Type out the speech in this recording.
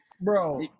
Bro